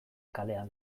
kalean